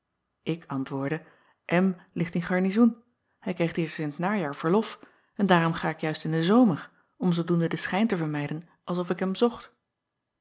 k antwoordde ligt in garnizoen hij krijgt eerst in t najaar verlof en daarom ga ik juist in den zomer om zoodoende den schijn te vermijden als of ik hem zocht